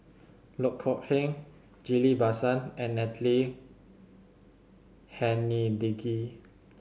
Loh Kok Heng Ghillie Basan and Natalie Hennedige